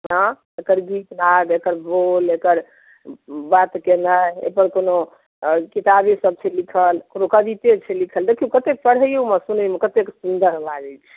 एकर गीतनाद एकर बोल एकर बात केनाय एहि पर कोनो किताबे सब छै लिखल कोनो कबिते छै लिखल देखियौ कते पढैयो मे सुनै मे कतेक सुन्दर लागै छै